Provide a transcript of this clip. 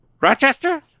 Rochester